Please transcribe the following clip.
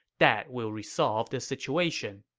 that will resolve the situation.